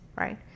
right